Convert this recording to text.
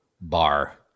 bar